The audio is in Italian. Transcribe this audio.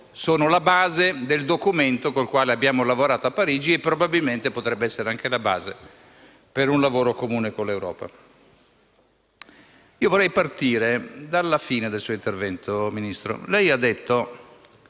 sono alla base del documento con il quale abbiamo lavorato a Parigi e che, probabilmente, potrebbero essere anche la base per un lavoro comune con l'Europa. Io vorrei partire dalla fine del suo intervento, signor Ministro. Lei ha detto: